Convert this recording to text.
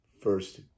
first